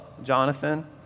Jonathan